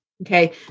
okay